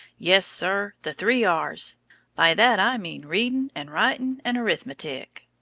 yes, sir! the three r's' by that i mean readin and ritin and arithmetic.